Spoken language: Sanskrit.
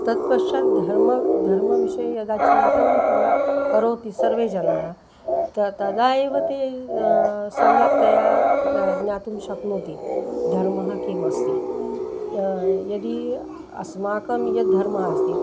तत्पश्चात् धर्मः धर्मविषये यदा चिन्तनं कुर्व करोति सर्वे जनः तु तदा एव ते सम्यक्तया ज्ञातुं शक्नोति धर्मः किमस्ति यदि अस्माकं यद्धर्मः अस्ति